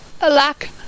Alack